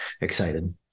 excited